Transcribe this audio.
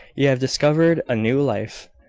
you have discovered a new life,